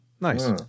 nice